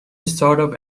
startup